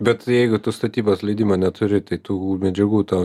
bet jeigu tu statybos leidimo neturi tai tų medžiagų tau